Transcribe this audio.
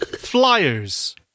Flyers